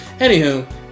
Anywho